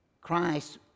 Christ